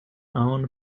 own